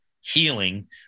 healing